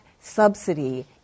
subsidy